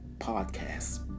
podcast